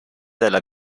della